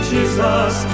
Jesus